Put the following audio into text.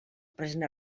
present